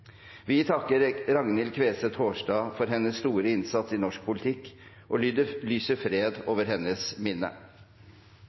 Vi takker Ragnhild Queseth Haarstad for hennes store innsats i norsk politikk og lyser fred